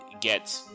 get